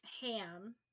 ham